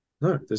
No